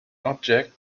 object